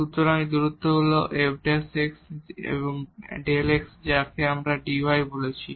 সুতরাং এই দূরত্ব হল f Δ x এই যাকে আমরা dy বলছি